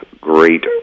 great